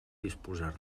disposar